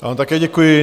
Já vám také děkuji.